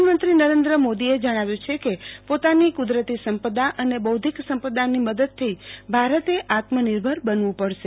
પ્રધાનમંત્રી નરેન્દ્ર મોદીએ જણાવ્યું છે કે પોતાના કુદરતી સંપદા અને બૌધ્ધિક સંપદાની મદદથી ભારતે આત્મનિર્ભર બનવું પડશે